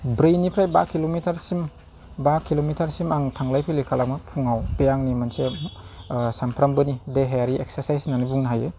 ब्रैनिफ्राय बा किल'मिटारसिम बा किल'मिटारसिम आं थांलाय फैलाय खालामो फुङाव बे आंनि मोनसे सानफ्रोमबोनि देहायारि एक्सारसाइज होननानै बुंनो हायो